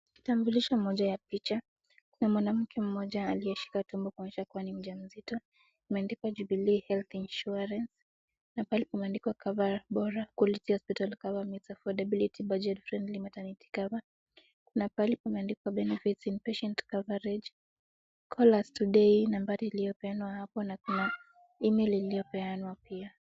Kitambulisho moja ya picha. Kuna mwanamke mmoja aliye shika tumbo kuonyesha kuwa ni mjamzito, imeandikwa Jubilee Health Insurance . Na pale pameandikwa cover bora, quality hospital cover , meets affordability budget friendly maternity cover . Kuna pale pameandikwa benefits in patient coverage . Call us today , nambari iliyopeanwa hapo na kuna email iliyopeanwa pia.